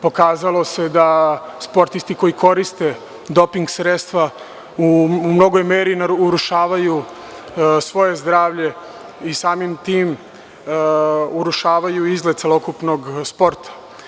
Pokazalo se da sportisti koji koriste doping sredstva u velikoj meri urušavaju svoje zdravlje i samim tim urušavaju izgled celokupnog sporta.